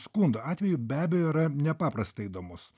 skundą atvejų be abejo yra nepaprastai įdomus